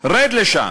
רד לשם.